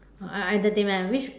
uh uh entertainment ah which